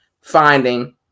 finding